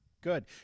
good